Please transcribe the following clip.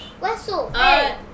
whistle